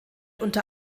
unter